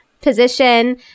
position